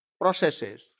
processes